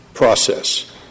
Process